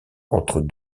entre